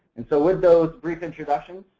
and so, with those brief introductions,